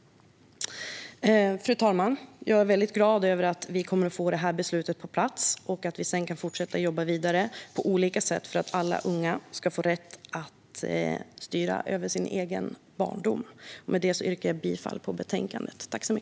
Fru talman! Jag är glad att vi kommer att få detta beslut på plats och sedan kan fortsätta att jobba vidare på olika sätt för att alla unga ska ha rätt att styra över sin egen barndom. Med detta yrkar jag bifall till utskottets förslag.